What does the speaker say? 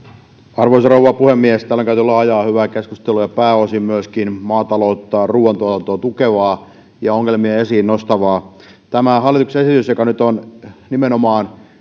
arvoisa rouva puhemies täällä on käyty laajaa hyvää keskustelua pääosin myöskin maataloutta ja ruuantuotantoa tukevaa ja ongelmia esiin nostavaa tämä hallituksen esitys on